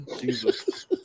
Jesus